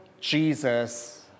Jesus